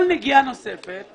כל נגיעה נוספת-